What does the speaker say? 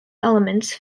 elements